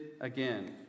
again